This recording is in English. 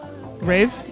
rave